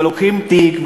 ולוקחים תיק,